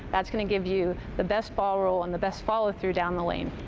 that's going to give you the best ball roll and the best follow through down the lane.